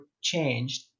changed